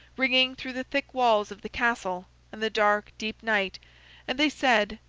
ringing through the thick walls of the castle, and the dark, deep night and they said,